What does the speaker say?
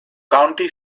county